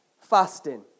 fasting